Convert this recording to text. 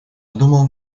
думал